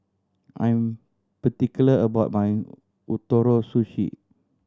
I am particular about my Ootoro Sushi